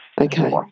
Okay